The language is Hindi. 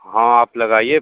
हाँ आप लगाइए